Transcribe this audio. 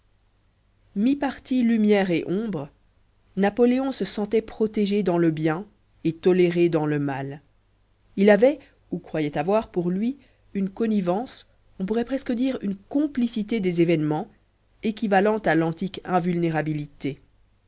mi-parti lumière et ombre napoléon se sentait protégé dans le bien et toléré dans le mal il avait ou croyait avoir pour lui une connivence on pourrait presque dire une complicité des événements équivalente à l'antique